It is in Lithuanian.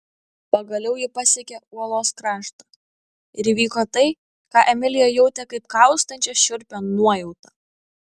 pagaliau ji pasiekė uolos kraštą ir įvyko tai ką emilija jautė kaip kaustančią šiurpią nuojautą